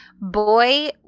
boy